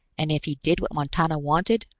and if he did what montano wanted,